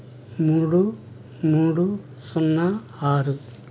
మూడు మూడు సున్నా ఆరు